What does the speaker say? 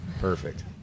Perfect